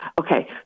Okay